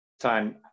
time